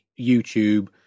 YouTube